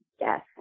Yes